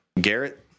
Garrett